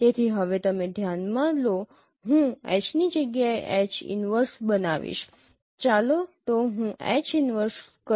તેથી હવે તમે ધ્યાનમાં લો હું H ની જગ્યાએ H 1 બનાવીશ ચાલો તો હું H 1 કરું